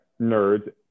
nerds